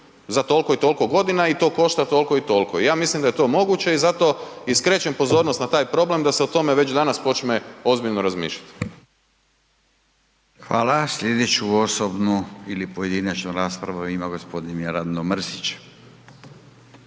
za toliko i toliko godina i to košta toliko i toliko. I ja mislim da je to moguće i zato i skrećem pozornost na taj problem da se o tome već danas počne ozbiljno razmišljati. **Radin, Furio (Nezavisni)** Hvala. Sljedeću osobnu ili pojedinačnu raspravu ima gospodin Mirando Mrsić.